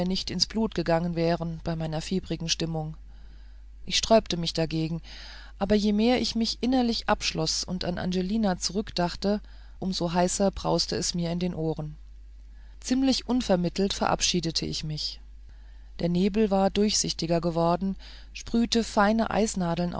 nicht ins blut gegangen wären bei meiner fiebrigen stimmung ich sträubte mich dagegen aber je mehr ich mich innerlich abschloß und an angelina zurückdachte um so heißer brauste es mir in den ohren ziemlich unvermittelt verabschiedete ich mich der nebel war durchsichtiger geworden sprühte feine eisnadeln